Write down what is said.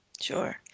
Sure